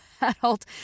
adult